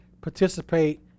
participate